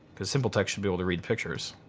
the simple text should be able to read pictures.